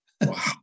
Wow